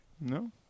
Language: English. No